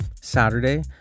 Saturday